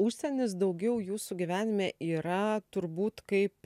užsienis daugiau jūsų gyvenime yra turbūt kaip